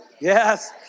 Yes